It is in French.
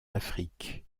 afrique